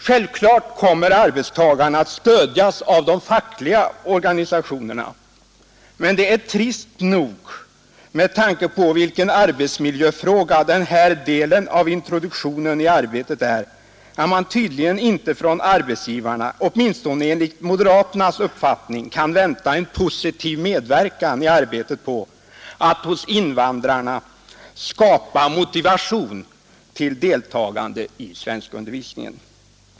Självklart kommer arbetstagarna att stödjas av de fackliga organisationerna, men det är trist nog, med tanke på vilken arbetsmiljöfråga den här delen av introduktionen i arbetet är, att man tydligen inte från arbetsgivarna — åtminstone enligt moderaternas uppfattning — kan vänta en positiv medverkan i arbetet på att hos invandrarna skapa motivation till deltagande i svenskundervisningen.